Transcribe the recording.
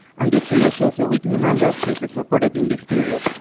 and this figure shows a weekly number of cases reported in this period.